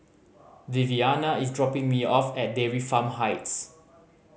the Viviana is dropping me off at Dairy Farm Heights